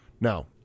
Now